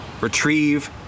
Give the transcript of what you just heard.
Retrieve